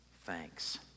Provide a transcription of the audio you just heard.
thanks